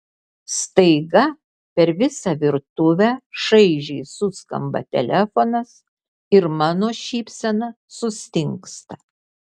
staiga per visą virtuvę šaižiai suskamba telefonas ir mano šypsena sustingsta